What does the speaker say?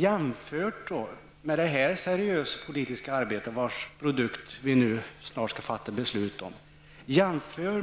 Jämför man detta seriösa politiska arbete, vars produkt vi snart skall fatta beslut om, med det som kommer